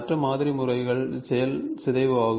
மற்ற மாதிரி முறைகள் செல் சிதைவு ஆகும்